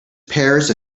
pairs